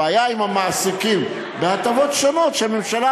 הבעיה עם המעסיקים ועם הטבות שונות שהממשלה